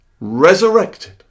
resurrected